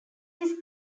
his